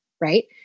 right